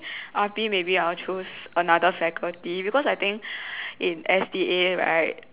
R_P maybe I'll choose another faculty because I think in S_D_A right